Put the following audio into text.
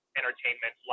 entertainment